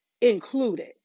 included